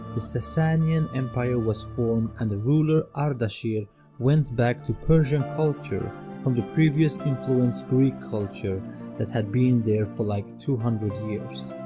the sasanian empire was formed and the ruler ardashir went back to persian culture from the previous influenced greek culture that had been there for about like two hundred years.